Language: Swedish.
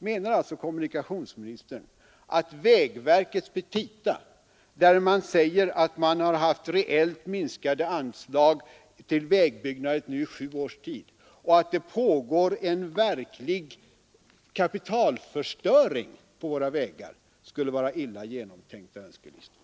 Menar alltså kommunikationsministern att vägverkets petita, där man säger att man haft reellt minskat anslag till vägbyggnad nu i sju års tid och att det pågår en verklig kapitalförstöring på våra vägar, skulle vara illa genomtänkta önskelistor?